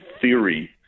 theory